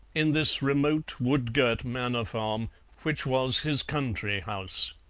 in this remote wood-girt manor farm which was his country house.